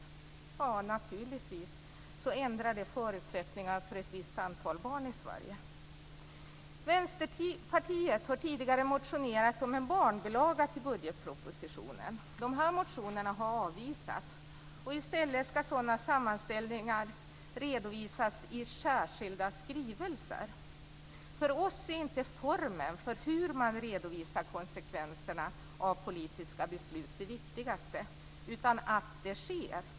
Ja, naturligtvis ändrar det förutsättningarna för ett visst antal barn i Vänsterpartiet har tidigare motionerat om en barnbilaga till budgetpropositionen. Dessa motioner har avvisats, och i stället ska sådana sammanställningar redovisas i särskilda skrivelser. För oss är inte formen för hur man redovisar konsekvenserna av politiska beslut det viktigaste, utan att det sker.